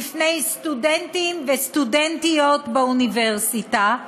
בפני סטודנטים וסטודנטיות באוניברסיטה,